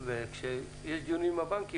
כשיש דיון עם הבנקים,